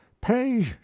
pay